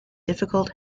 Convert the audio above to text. difficult